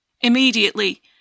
Immediately